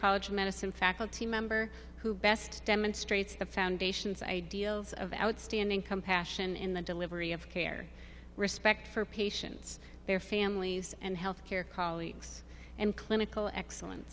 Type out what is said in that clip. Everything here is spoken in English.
college of medicine faculty member who best demonstrates the foundation's ideals of outstanding compassion in the delivery of care respect for patients their families and health care colleagues and clinical excellen